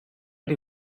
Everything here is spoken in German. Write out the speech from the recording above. die